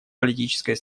политической